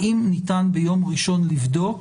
האם ניתן ביום ראשון לבדוק